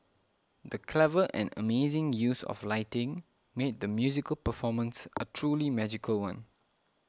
the clever and amazing use of lighting made the musical performance a truly magical one